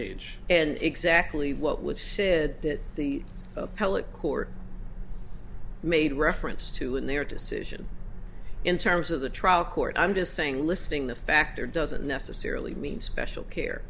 age and exactly what was said that the appellate court made reference to in their decision in terms of the trial court i'm just saying listing the factor doesn't necessarily mean special care